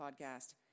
Podcast